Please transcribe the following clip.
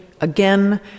again